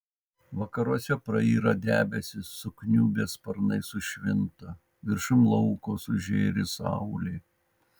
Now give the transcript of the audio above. vakaruose prayra debesys sukniubę sparnai sušvinta viršum lauko sužėri saulė